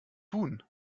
tun